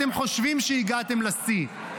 אתם חושבים שהגעתם לשיא.